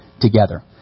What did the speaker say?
together